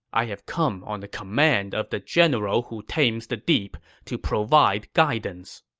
i have come on the command of the general who tames the deep to provide guidance.